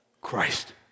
Christ